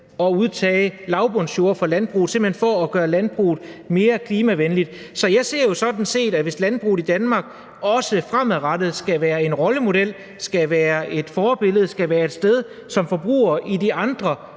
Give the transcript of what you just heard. at udtage lavbundsjorde fra landbruget, simpelt hen for at gøre landbruget mere klimavenligt. Så jeg ser det jo sådan, at hvis landbruget i Danmark også fremadrettet skal være en rollemodel, skal være et forbillede, skal være et sted, som forbrugere i de andre